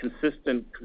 consistent